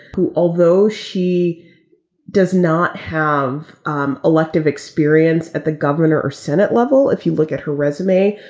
who although she does not have um elective experience at the governor or senate level, if you look at her resume.